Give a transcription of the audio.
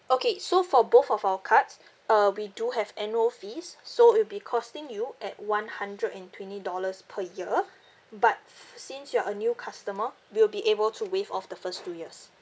okay so for both of our cards uh we do have annual fees so it will be costing you at one hundred and twenty dollars per year but since you're a new customer we'll be able to waive off the first two years